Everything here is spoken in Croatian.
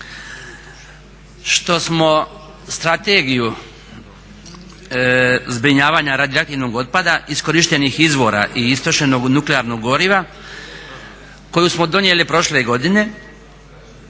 što smo Strategiju zbrinjavanja radioaktivnog otpada iz korištenih izvora i istrošenog nuklearnog goriva koju smo donijeli prošle godine